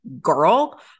girl